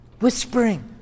whispering